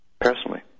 Personally